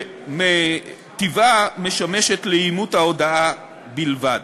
שמטבעה משמשת לאימות ההודאה בלבד.